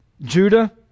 Judah